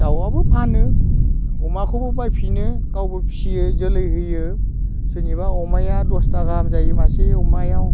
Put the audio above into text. दाउआबो फानो अमाखौबो बायफिनो गावबो फियो जोलै होयो सोरनिबा अमाया दसथा गाहाम जायो मासे अमायाव